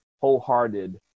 wholehearted